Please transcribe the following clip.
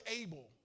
able